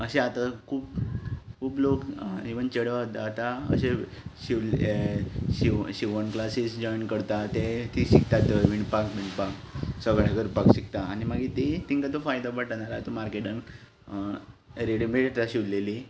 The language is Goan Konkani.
अशें आतां खूब खूब लोक आनी इव्हन चेडवां आतां अशें शिवण क्लासीस जॉयन करता तें तीं शिकता थंय विणपाक बिणपाक सगळें करपाक शिकता आनी मागीर तीं तेंकां तो फायदो पडटा ना जाल्यार आतां मार्केटांत रेडिमॅड येता शिवलेलीं